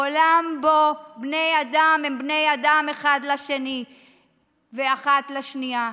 עולם שבו בני האדם הם בני אדם אחד לשני ואחת לשנייה,